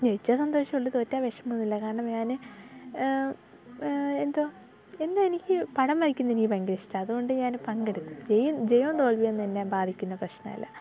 ജയിച്ചാൽ സന്തോഷേമേ ഉളളൂ തോറ്റാൽ വിഷമമൊന്നുമില്ല കാരണം ഞാൻ എന്താ എന്തോ എനിക്ക് പടം വരക്കുന്ന എനിക്ക് ഭയങ്കര ഇഷ്ടമാ അതുകൊണ്ട് ഞാൻ പങ്കെടുക്കും ജയവും തോൽവി ഒന്നും എന്നെ ബാധിക്കുന്ന പ്രശ്നമല്ല